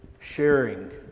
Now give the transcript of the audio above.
sharing